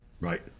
Right